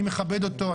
אני מכבד אותו.